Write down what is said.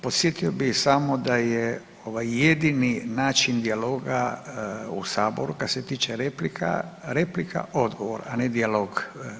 Podsjetio bih samo da je ovaj jedini način dijaloga u Saboru kada se tiče replika, replika odgovor a ne dijalog.